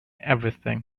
everything